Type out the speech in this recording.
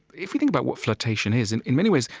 if you think about what flirtation is, in in many ways,